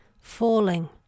falling